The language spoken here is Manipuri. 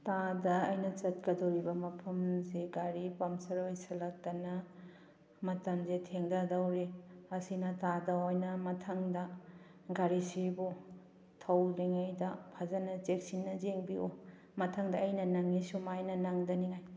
ꯇꯥꯗ ꯑꯩꯅ ꯆꯠꯛꯗꯣꯔꯤꯕ ꯃꯐꯝꯁꯤ ꯒꯥꯔꯤ ꯄꯝꯁꯔ ꯑꯣꯏꯁꯤꯜꯂꯛꯇꯅ ꯃꯇꯝꯁꯦ ꯊꯦꯡꯗꯗꯧꯔꯦ ꯃꯁꯤꯅ ꯇꯥꯗ ꯍꯣꯏꯅ ꯃꯊꯪꯗ ꯒꯥꯔꯤꯁꯤꯕꯨ ꯊꯧꯗ꯭ꯔꯤꯉꯩꯗ ꯐꯖꯟꯅ ꯆꯦꯛꯁꯤꯟꯅ ꯌꯦꯡꯕꯤꯌꯨ ꯃꯊꯪꯗ ꯑꯩꯅ ꯅꯪꯏ ꯁꯨꯃꯥꯏꯅ ꯅꯪꯗꯅꯤꯉꯥꯏ